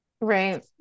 Right